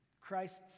Christ's